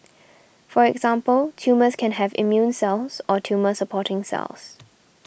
for example tumours can have immune cells or tumour supporting cells